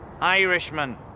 Irishman